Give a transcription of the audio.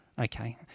Okay